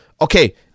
Okay